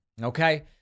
Okay